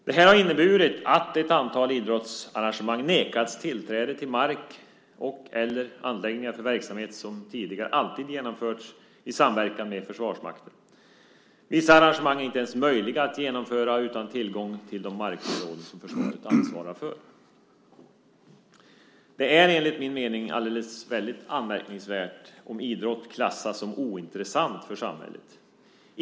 Det här har inneburit att ett antal idrottsarrangemang har nekats tillträde till mark och eller anläggningar för verksamhet som tidigare alltid genomförts i samverkan med Försvarsmakten. Vissa arrangemang är inte ens möjliga att genomföra utan tillgång till de markområden som försvaret ansvarar för. Det är enligt min mening väldigt anmärkningsvärt om idrott klassas som ointressant för samhället.